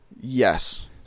yes